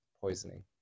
poisoning